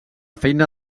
feina